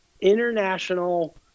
international